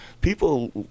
People